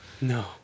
No